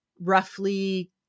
roughly